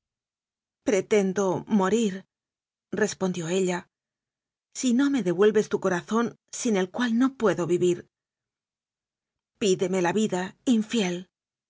yo pretendo morirrespondió ellasi no me devuelves tu corazón sin el cual n o puedo vivir pídeme la vida infiel